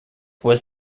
was